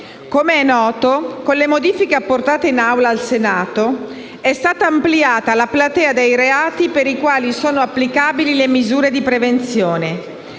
Come è noto, con le modifiche apportate in Aula al Senato è stata ampliata la platea dei reati per i quali sono applicabili le misure di prevenzione.